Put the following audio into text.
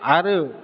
आरो